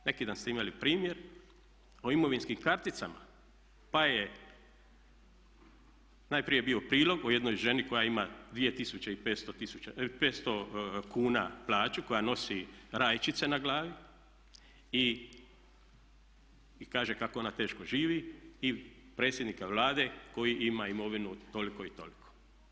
Neki dan ste imali primjer o imovinskim karticama pa je najprije bio prilog o jednoj ženi koja ima 2500 kuna plaću koja nosi rajčice na glavi i kaže kako ona teško živi i predsjednika Vlade koji ima imovinu toliko i toliko.